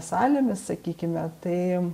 salėmis sakykime tai